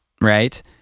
Right